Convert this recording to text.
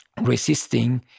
resisting